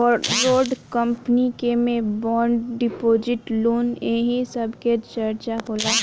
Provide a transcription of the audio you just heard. borrowed capital के में bond deposit loan एही सब के चर्चा होला